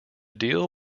deal